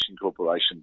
corporation